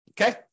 Okay